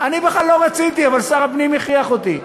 אני בכלל לא רציתי, שר הפנים הכריח אותי.